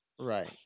Right